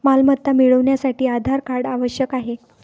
मालमत्ता मिळवण्यासाठी आधार कार्ड आवश्यक आहे